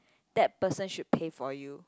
that person should pay for you